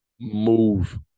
move